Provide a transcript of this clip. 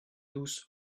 tous